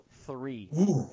three